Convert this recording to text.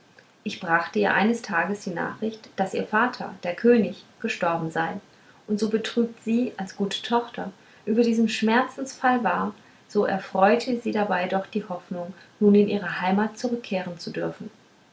ich brachte ihr eines tages die nachricht daß ihr vater der könig gestorben sei und so betrübt sie als gute tochter über diesen schmerzensfall war so erfreute sie dabei doch die hoffnung nun in ihre heimat zurückkehren zu dürfen